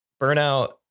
burnout